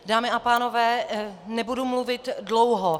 Dámy a pánové, nebudu mluvit dlouho.